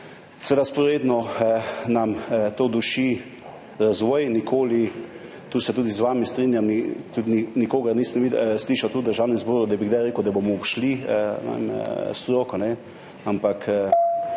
Vzporedno nam to duši razvoj. Nikoli, o tem se tudi z vami strinjam, tudi nikogar nisem slišal tu v Državnem zboru, da bi kdaj rekel, da bomo obšli stroko, ampak